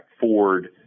Ford